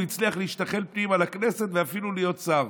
הוא הצליח להשתחל פנימה לכנסת ואפילו להיות שר,